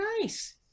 nice